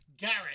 Garrett